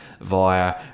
via